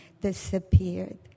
disappeared